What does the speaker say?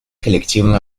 коллективную